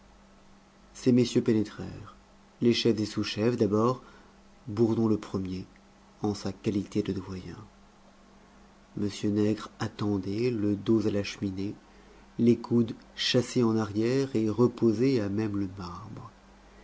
ces messieurs pénétrèrent les chefs et sous chefs d'abord bourdon le premier en sa qualité de doyen m nègre attendait le dos à la cheminée les coudes chassés en arrière et reposés à même le marbre